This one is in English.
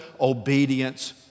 obedience